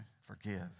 forgive